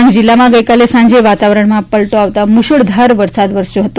ડાંગ જિલ્લામાં ગઈકાલે સાંજે વાતાવરણમાં પલટો આવતા મુશળધાર વરસાદ વરસ્યો હતો